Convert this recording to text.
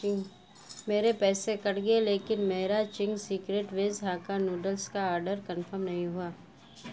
میرے پیسے کٹ گئے لیکن میرا Ching's secret veg hakka noodles کا آرڈر کنفرم نہیں ہوا